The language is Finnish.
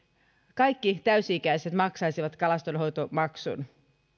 kaikki täysi ikäiset maksaisivat kalastonhoitomaksun